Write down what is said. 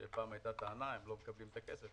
שפעם הייתה טענה שהם לא מקבלים את הכסף,